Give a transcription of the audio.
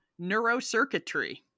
Neurocircuitry